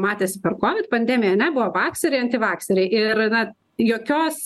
matėsi per kovid pandemiją ane buvo vakseriai antivakseriai ir na jokios